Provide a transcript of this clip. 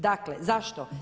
Dakle, zašto?